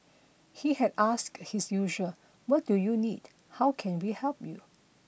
he had asked his usual what do you need how can we help you